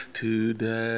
today